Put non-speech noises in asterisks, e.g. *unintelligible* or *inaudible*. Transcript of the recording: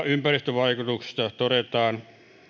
*unintelligible* ympäristövaikutuksista todetaan